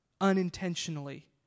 unintentionally